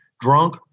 drunk